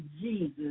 Jesus